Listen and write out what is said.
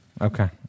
Okay